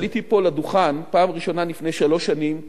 כשעליתי פה לדוכן פעם ראשונה לפני שלוש שנים וחודש,